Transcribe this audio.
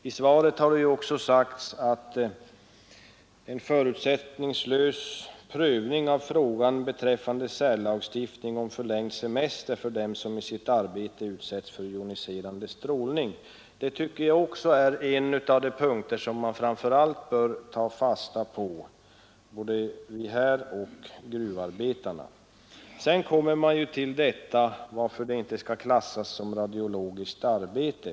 I svaret säger statsrådet: ”I det sammanhanget skall också ske särlagstiftning om förlängd semester för dem som i sitt arbete utsätts för joniserande strålning.” Detta är en av de punkter man framför allt bör ta fasta på. n förutsättningslös prövning av frågan beträffande Sedan behandlas frågan varför inte gruvarbete skall klassas som radiologiskt arbete.